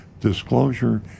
Disclosure